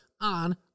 on